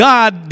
God